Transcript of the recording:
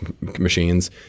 machines